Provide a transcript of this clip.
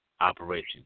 operation